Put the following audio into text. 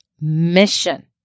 mission